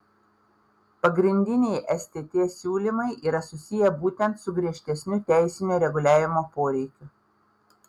pagrindiniai stt siūlymai yra susiję būtent su griežtesniu teisinio reguliavimo poreikiu